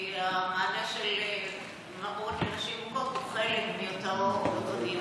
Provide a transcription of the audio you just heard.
כי המענה של מעון לנשים מוכות הוא חלק מאותו דיון.